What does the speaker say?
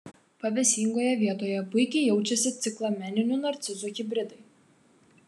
pavėsingoje vietoje puikiai jaučiasi ciklameninių narcizų hibridai